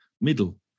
middle